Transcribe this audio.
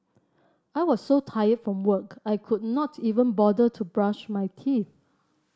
I was so tired from work I could not even bother to brush my teeth